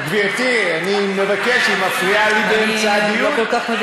גברתי, אני מבקש, היא מפריעה לי באמצע הדיון.